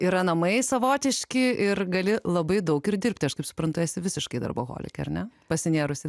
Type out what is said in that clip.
yra namai savotiški ir gali labai daug ir dirbti aš kaip suprantu esi visiškai darboholikė ar ne pasinėrusi